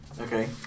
Okay